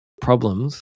problems